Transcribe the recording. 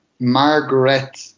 Margaret